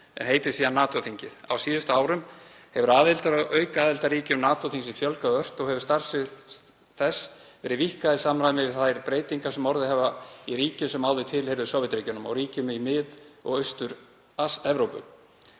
en heitir síðan NATO-þingið. Á síðustu árum hefur aðildar- og aukaaðildarríkjum NATO-þingsins fjölgað ört og hefur starfssvið þess verið víkkað í samræmi við þær breytingar sem orðið hafa í ríkjum sem áður tilheyrðu Sovétríkjunum og ríkjum í Mið- og Austur-Evrópu.